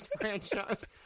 franchise